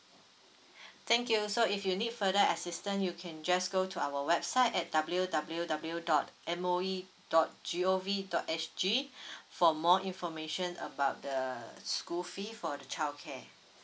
thank you so if you need further assistance you can just go to our website at W W W dot M_O_E dot G_O_V dot S_G for more information about the school fee for the childcare